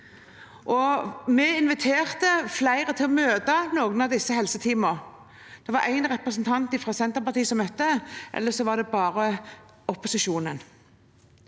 Vi inviterte flere til å møte noen av disse helseteamene. Det var én representant fra Senterpartiet som møtte, ellers var det bare opposisjonen.